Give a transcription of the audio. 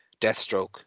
deathstroke